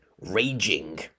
Raging